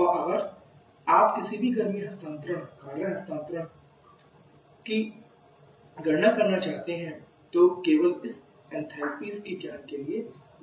और अगर आप किसी भी गर्मी हस्तांतरण कार्य स्थानांतरण की गणना करना चाहते हैं जो केवल इस ऐनथालपी के ज्ञान के लिए जाना जाता है